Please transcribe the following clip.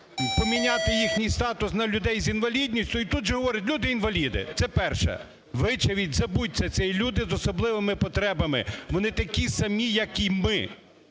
поміняти їхній статус на "людей з інвалідністю", і тут же говорять "люди-інваліди". Це перше. Вичавіть, забудьте це! "Люди з особливими потребами"! Вони такі самі, як ми,